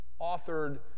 authored